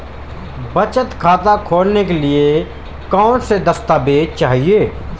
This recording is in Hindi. बचत खाता खोलने के लिए कौनसे दस्तावेज़ चाहिए?